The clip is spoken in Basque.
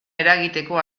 eragiteko